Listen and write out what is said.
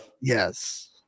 Yes